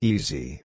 Easy